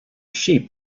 sheep